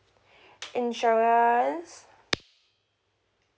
insurance